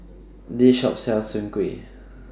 This Shop sells Soon Kuih